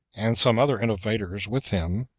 and some other innovators with him,